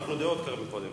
החלפנו דעות קודם,